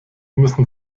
müssen